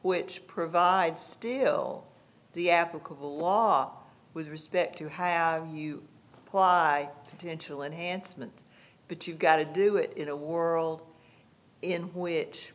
which provide still the applicable law with respect to have you apply to until enhancement but you've got to do it in a world in which